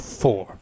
four